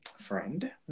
friend